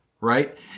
Right